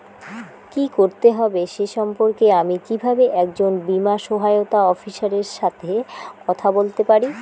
কী করতে হবে সে সম্পর্কে আমি কীভাবে একজন বীমা সহায়তা অফিসারের সাথে কথা বলতে পারি?